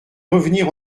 revenir